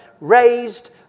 raised